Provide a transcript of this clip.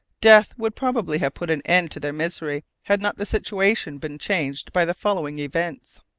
death would probably have put an end to their misery had not the situation been changed by the following events.